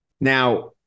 Now